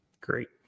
great